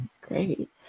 Great